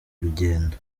urugendo